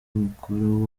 umukoro